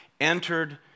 entered